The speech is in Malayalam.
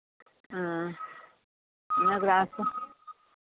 ആ എന്നാ ക്ലാസ്